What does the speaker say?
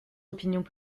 opinions